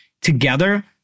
together